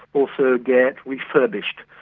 also get refurbished.